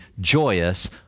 joyous